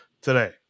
today